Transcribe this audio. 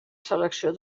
selecció